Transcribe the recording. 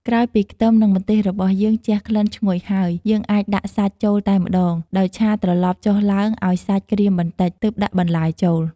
ក្រោយពីខ្ទឹម និងម្ទេសរបស់យើងជះក្លិនឈ្ងុយហើយ យើងអាចដាក់សាច់ចូលតែម្ដង ដោយឆាត្រឡប់ចុះឡើងឱ្យសាច់ក្រៀមបន្តិច ទើបដាក់បន្លែចូល។